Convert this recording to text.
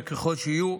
וככל שיהיו,